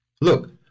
Look